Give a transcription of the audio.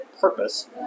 purpose